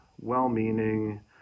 well-meaning